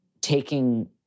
taking